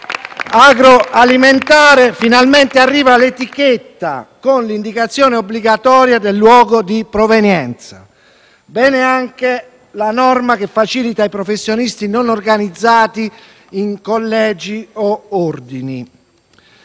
agroalimentare finalmente arriva l'etichetta con l'indicazione obbligatoria del luogo di provenienza. Bene anche la norma che facilita i professionisti non organizzati in collegi o ordini.